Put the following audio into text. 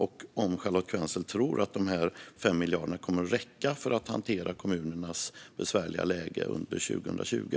Och tror Charlotte Quensel att de här 5 miljarderna kommer att räcka för att hantera kommunernas besvärliga läge under 2020?